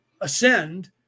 ascend